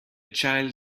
child